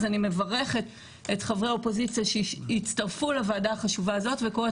אז אני מברכת את חברי האופוזיציה שהצטרפו לוועדה החשובה הזו וקוראת